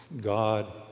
God